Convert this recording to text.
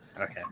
Okay